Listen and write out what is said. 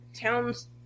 town's